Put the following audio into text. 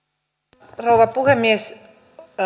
arvoisa rouva puhemies